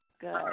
good